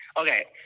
Okay